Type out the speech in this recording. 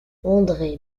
andré